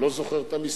אני לא זוכר את המספר,